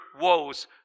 woes